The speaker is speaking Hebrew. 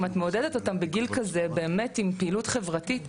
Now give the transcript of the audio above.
אם את מעודדת אותם בגיל כזה באמת עם פעילות חברתית,